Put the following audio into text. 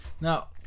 Now